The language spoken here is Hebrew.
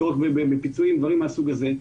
צורך בפיצוים ודברים מהסוג הזה.